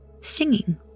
Singing